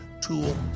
tool